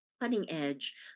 cutting-edge